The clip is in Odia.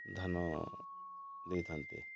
ଧାନ ଦେଇଥାନ୍ତି